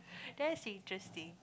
that's interesting